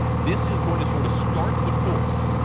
this is going to sort of start the course